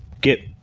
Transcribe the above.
get